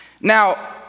Now